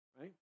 right